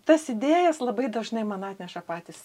tas idėjas labai dažnai man atneša patys